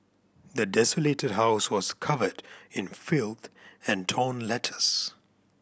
the desolated house was covered in filth and torn letters